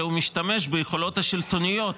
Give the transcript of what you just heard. אלא הוא משתמש ביכולות השלטוניות